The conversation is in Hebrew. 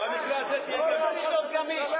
לא, הוא לא צריך להיות גמיש.